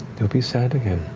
you'll be sad again.